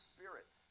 Spirit